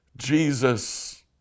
Jesus